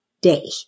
day